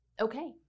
Okay